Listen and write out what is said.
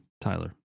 Tyler